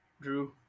Drew